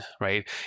right